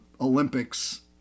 Olympics